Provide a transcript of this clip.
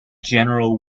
general